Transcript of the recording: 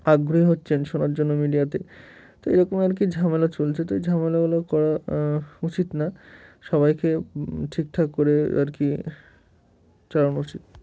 আগ্রহী হচ্ছেন শোনার জন্য মিডিয়াতে তো এরকম আর কি ঝামেলা চলছে তো এই ঝামেলাগুলো করা উচিত না সবাইকে ঠিকঠাক করে আর কি চালানো উচিত